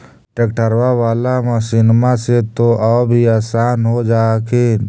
ट्रैक्टरबा बाला मसिन्मा से तो औ भी आसन हो जा हखिन?